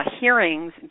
hearings